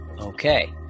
okay